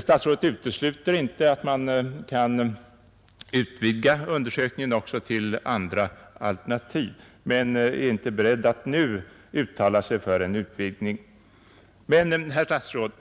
Statsrådet utesluter inte att man kan utvidga undersökningen också till andra alternativ men är inte beredd att nu uttala sig för en utvidgning. Men, herr statsråd,